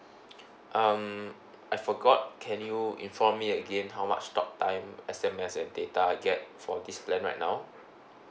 um I forgot can you inform me again how much talk time S_M_S and data I get for this plan right now